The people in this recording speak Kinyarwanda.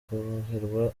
koroherwa